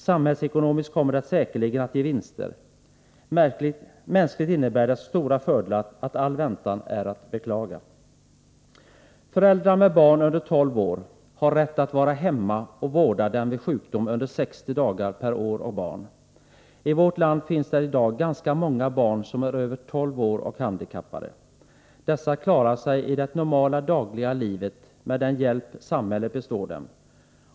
Samhällsekonomiskt kommer det säkerligen att ge vinster. Mänskligt innebär det så stora fördelar att all väntan är att beklaga. Föräldrar med barn under 12 år har rätt att vara hemma och vårda dem vid sjukdom under 60 dagar per år och barn. I vårt land finns det i dag ganska många barn som är över 12 år och handikappade. Dessa klarär sig i det normala dagliga livet med den hjälp samhället består dem.